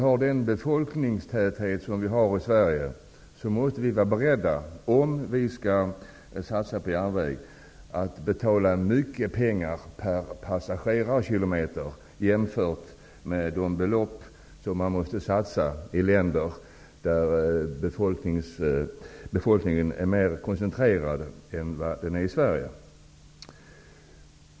Med den befolkningstäthet som vi har i Sverige, måste vi, om vi skall satsa på järnväg, vara beredda att betala mycket pengar per passagerarkilometer jämfört med de belopp som man måste satsa i länder där befolkningen är mer koncentrerad än den är i Sverige.